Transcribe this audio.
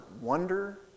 wonder